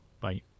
Bye